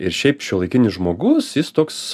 ir šiaip šiuolaikinis žmogus jis toks